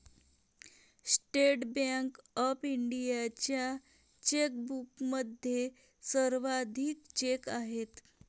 state bank of इंडियाच्या चेकबुकमध्ये सर्वाधिक चेक आहेत